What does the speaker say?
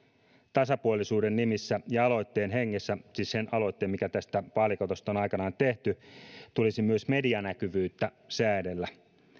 tasapuolisuuden nimissä ja aloitteen hengessä siis sen aloitteen mikä tästä vaalikatosta on aikanaan tehty tulisi myös medianäkyvyyttä säädellä